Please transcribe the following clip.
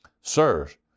Sirs